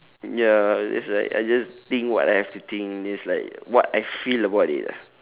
ya it's like I just think what I have to think it's like what I feel about it lah